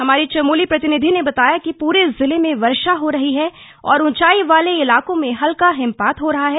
हमारे चमोली प्रतिनिधि ने बताया कि पुरे जिले में वर्षा हो रही है और ऊंचाई वाले इलाकों में हल्का हिमपात हो रहा है